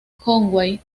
conway